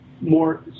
more